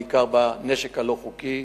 בעיקר בנשק הלא-חוקי.